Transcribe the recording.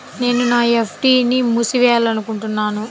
నేను నా ఎఫ్.డీ ని మూసివేయాలనుకుంటున్నాను